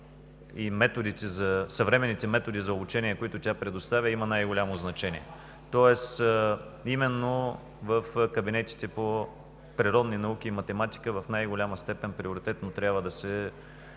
и съвременните методи за обучение, които тя предоставя, имат най голямо значение. Тоест именно в кабинетите по природни науки и математика в най-голяма степен приоритетно трябва да се